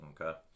Okay